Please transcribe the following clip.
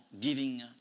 giving